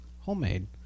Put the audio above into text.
homemade